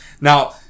Now